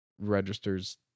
registers